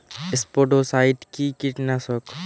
স্পোডোসাইট কি কীটনাশক?